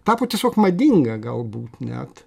tapo tiesiog madinga galbūt net